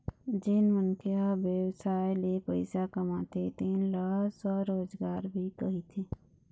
जेन मनखे ह बेवसाय ले पइसा कमाथे तेन ल स्वरोजगार भी कहिथें